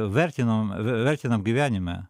vertinom vertinam gyvenime